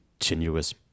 continuous